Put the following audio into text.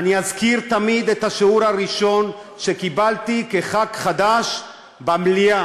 אני אזכיר תמיד את השיעור הראשון שקיבלתי כחבר כנסת חדש במליאה,